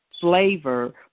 flavor